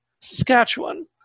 Saskatchewan